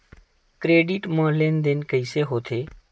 Credit मा लेन देन कइसे होथे?